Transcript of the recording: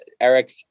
Eric